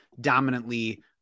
dominantly –